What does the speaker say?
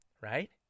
right